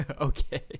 Okay